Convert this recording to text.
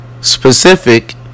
specific